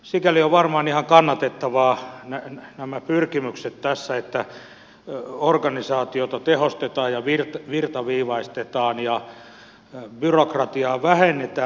sikäli ovat varmaan ihan kannatettavia nämä pyrkimykset tässä että organisaatiota tehostetaan ja virtaviivaistetaan ja byrokratiaa vähennetään